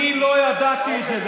אני לא ידעתי את זה.